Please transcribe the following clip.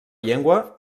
llengua